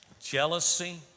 jealousy